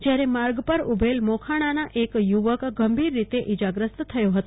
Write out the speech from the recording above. જ્યારે માર્ગ પર ઉભેલ મોખાણાનો એજ યુવક ગંભીર રીતે ઈજાગ્રસ્ત થયો હતો